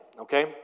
Okay